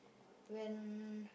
when